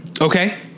okay